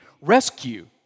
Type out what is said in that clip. rescue